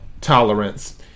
tolerance